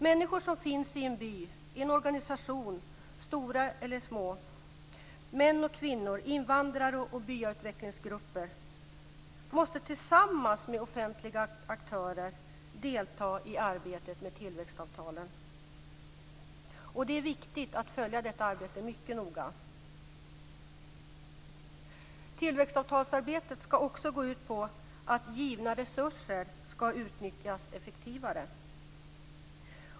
Människor som finns i en by, en organisation, stor eller liten, män och kvinnor, invandrare och byautvecklingsgrupper måste tillsammans med offentliga aktörer delta i arbetet med tillväxtavtalen. Det är viktigt att följa detta arbete mycket noga. Tillväxtavtalsarbetet ska också gå ut på att givna resurser ska utnyttjas effektivare.